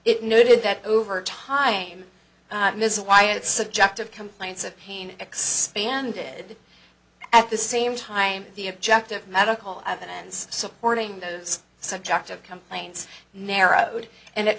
it noted that over time mrs wyatt subjective complaints of pain expanded at the same time the objective medical evidence supporting those subjective complaints narrowed and